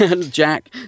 jack